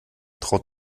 traut